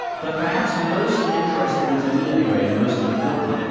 but perhaps most interesting, to me anyway, and most important,